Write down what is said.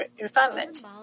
refinement